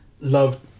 love